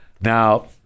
Now